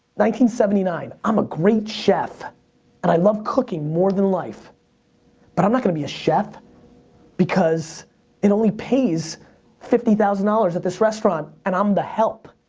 seventy nine i'm a great chef and i love cooking more than life but i'm not gonna be a chef because it only pays fifty thousand dollars at this restaurant and i'm the help.